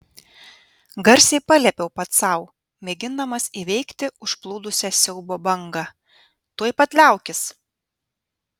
garsiai paliepiau pats sau mėgindamas įveikti užplūdusią siaubo bangą tuoj pat liaukis